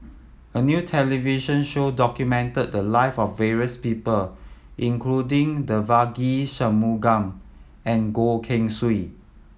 a new television show documented the live of various people including Devagi Sanmugam and Goh Keng Swee